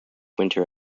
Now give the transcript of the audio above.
winter